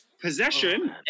Possession